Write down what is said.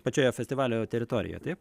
pačioje festivalio teritorijoje taip